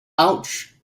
ouch